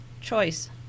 choice